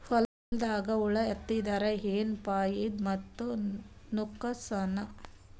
ಹೊಲದಾಗ ಹುಳ ಎತ್ತಿದರ ಏನ್ ಫಾಯಿದಾ ಮತ್ತು ನುಕಸಾನ?